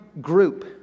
group